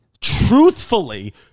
truthfully